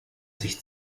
sich